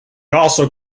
also